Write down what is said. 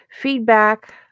feedback